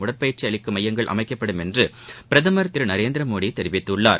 உடற்பயிற்சி அளிக்கும் மையங்கள் அமைப்படும் என்று பிரதமர் திரு நரேந்திர மோடி தெரிவித்துள்ளார்